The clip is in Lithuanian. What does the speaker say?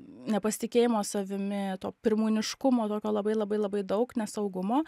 nepasitikėjimo savimi tuo pirmūniškumo tokio labai labai labai daug nesaugumo